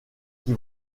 qui